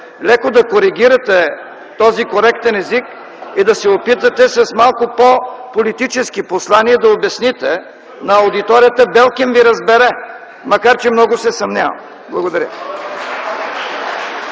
леко да коригирате този коректен език и да се опитате с малко по-политически послания да обясните на аудиторията, белким Ви разбере, макар че много се съмнявам. Благодаря.